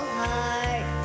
heart